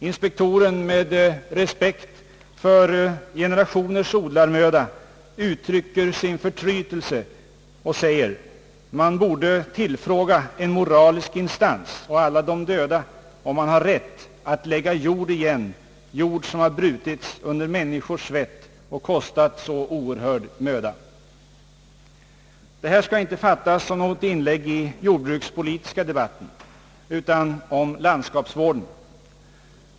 Inspektorn, med respekt för generationers odlarmöda, uttrycker sin förtrytelse och säger: »Man borde tillfråga en moralisk instans och alla de döda om man har rätt att lägga jord igen, jord som har brutits under människors svett och kostat så oerhörd möda.» Det här skall inte fattas som något inlägg i den jordbrukspolitiska debatten, utan som ett inlägg om landskapsvården.